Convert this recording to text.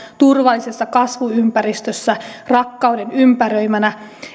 turvallisessa kasvuympäristössä rakkauden ympäröimänä